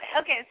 okay